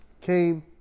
came